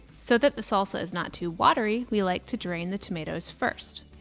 so that the salsa is not too watery, we like to drain the tomatoes first.